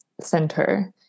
center